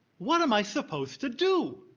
what am i suppose to do?